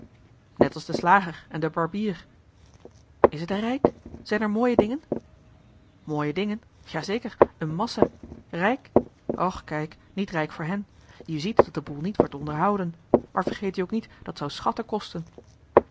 net als de slager en de barbier is t er rijk zijn er mooie dingen mooie dingen ja zeker een massa rijk och kijk niet rijk voor hen je ziet dat de boel niet wordt onderhouden maar vergeet u ook niet dat zou schatten kosten